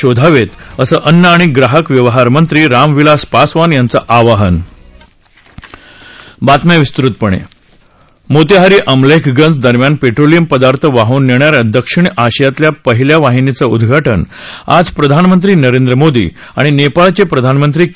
शोधावेत असं अन्न आणि ग्राहक व्यवहार मंत्री राम विलास पासवान यांचं आवाहन मोतीहारी अमलेखगंज दरम्यान पेट्रोलियम पदार्थ वाहन नेणाऱ्या दक्षिण आशियाल्या पहिल्या वाहिनी चं उदघा न आज प्रधानमंत्री नरेंद्र मोदी आणि नेपाळचे प्रधानमंत्री के